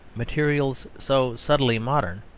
materials so subtly modern,